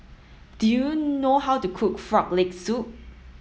do you know how to cook frog leg soup